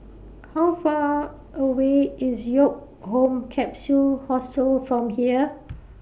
How Far away IS Woke Home Capsule Hostel from here